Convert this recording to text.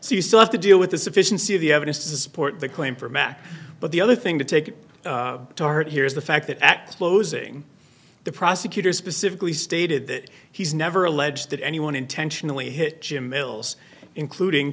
so you still have to deal with the sufficiency of the evidence to support the claim for mack but the other thing to take to heart here is the fact that at closing the prosecutor specifically stated that he's never alleged that anyone intentionally hit jim mills including